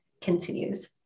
continues